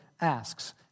asks